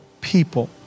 people